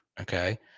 Okay